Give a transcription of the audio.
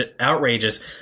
outrageous